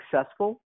successful